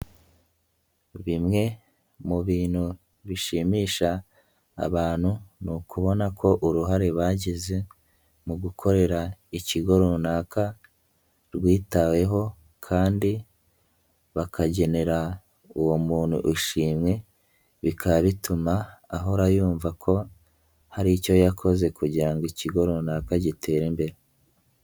Bimwe mu bintu bishimisha abantu, ni ukubona ko uruhare bagize mu gukorera ikigo runaka rwitaweho kandi bakagenera uwo muntu ishimwe, bikaba bituma ahora yumva ko hari icyo yakoze kugira ngo ikigo runaka gitere imbere.